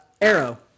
Arrow